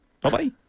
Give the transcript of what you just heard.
bye-bye